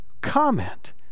comment